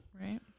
Right